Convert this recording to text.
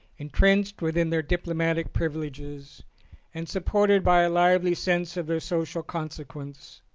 entrenched within their diplomatic privileges and supported by a lively sense of their social consequence,